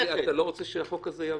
תגיד, אתה לא רוצה שהחוק הזה יעבור?